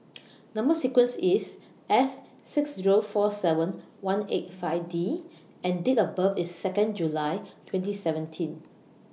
Number sequence IS S six Zero four seven one eight five D and Date of birth IS Second July twenty seventeen